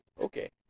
Okay